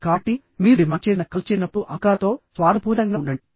కాబట్టి మీరు డిమాండ్ చేసిన కాల్ చేసినప్పుడు అహంకారంతో స్వార్థపూరితంగా ఉండండి